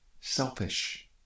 Selfish